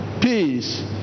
peace